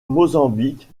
mozambique